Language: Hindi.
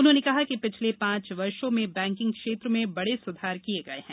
उन्होंने कहा कि पिछले पांच वर्षों में बैंकिंग क्षेत्र में बड़े सुधार किए गए हैं